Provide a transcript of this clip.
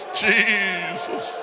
jesus